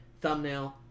thumbnail